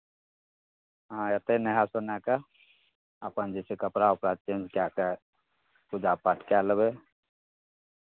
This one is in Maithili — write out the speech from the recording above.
अहाँ एतै नहा सुना कऽ अपन जे छै कपड़ा उपड़ा चेंज कए कऽ पूजा पाठ कए लेबै